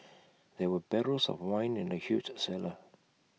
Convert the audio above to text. there were barrels of wine in the huge A cellar